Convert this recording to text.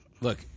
Look